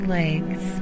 legs